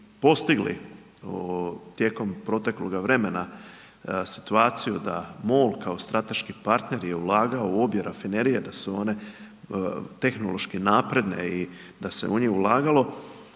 postigli, tijekom protekloga vremena, situaciju da MOL kao strateški partner je ulagao u obje rafinerije, da su one tehnološke napredne i da se u njih ulagalo,